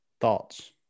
Thoughts